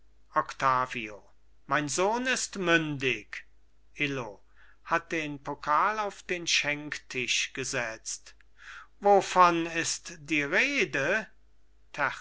mein sohn istmündig illo hat den pokal auf den schenktisch gesetzt wovon ist die rede